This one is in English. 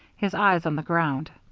his eyes on the ground.